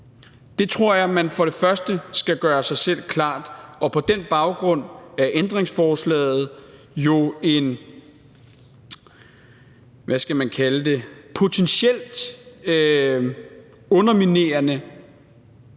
Det tror jeg man som det første skal gøre sig selv klart, og på den baggrund er ændringsforslaget jo – hvad skal man kalde